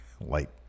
Light